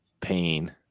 pain